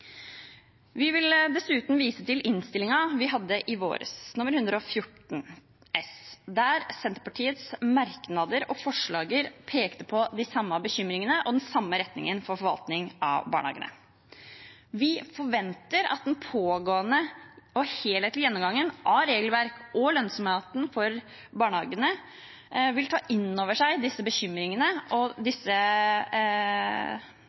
Vi vil dessuten vise til innstillingen vi hadde i vår, Innst. 114 S for 2017–2018, der Senterpartiets merknader og forslag pekte på de samme bekymringene og den samme retningen for forvaltning av barnehagene. Vi forventer at den pågående og helhetlige gjennomgangen av regelverket for og lønnsomheten til barnehagene vil ta inn over seg disse bekymringene og